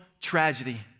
tragedy